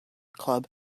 club